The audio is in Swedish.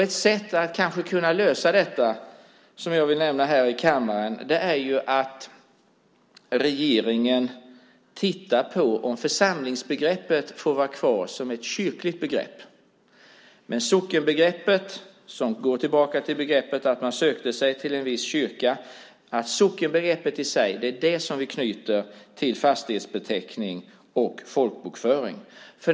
Ett sätt att lösa detta som jag vill nämna här i kammaren är att regeringen tittar på om församlingsbegreppet kan få vara kvar som ett kyrkligt begrepp och att vi knyter sockenbegreppet, som går tillbaka till att man sökte sig till en viss kyrka, till fastighetsbeteckning och folkbokföring.